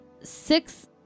six